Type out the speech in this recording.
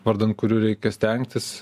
vardan kurių reikia stengtis